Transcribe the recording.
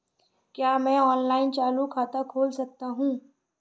क्या मैं ऑनलाइन चालू खाता खोल सकता हूँ?